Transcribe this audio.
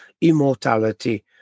immortality